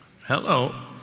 Hello